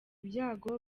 ibyago